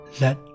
let